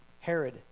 Herod